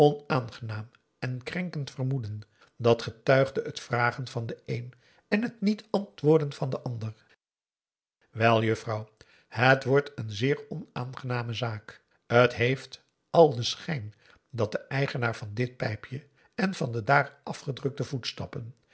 onaangenaam en krenkend vermoeden dat getuigde het vragen van den een en het niet antwoorden van den ander wel juffrouw het wordt een zeer onaangename zaak het heeft al den schijn dat de eigenaar van dit pijpje en van de daar afgedrukte voetstappen